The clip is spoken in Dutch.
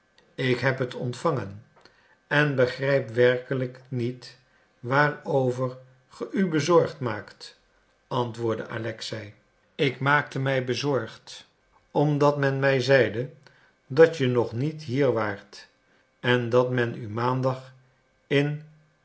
ik heb het ontvangen en begrijp werkelijk niet waarover ge u bezorgd maakt antwoordde alexei ik maakte mij bezorgd omdat men mij zeide dat je nog niet hier waart en dat men u maandag in